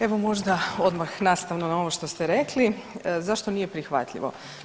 Evo možda odmah nastavno na ovo što ste rekli zašto nije prihvatljivo.